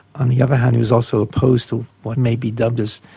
on the other hand, he was also opposed to what may be dubbed as,